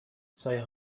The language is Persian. سایه